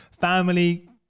family